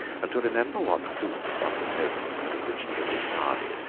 and to remember what suits one's opponents had originally discarded,